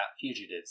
fugitives